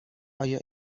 آیا